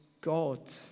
God